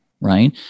right